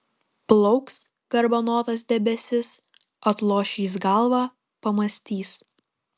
plauks garbanotas debesis atloš jis galvą pamąstys